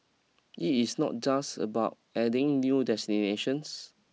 it is not just about adding new destinations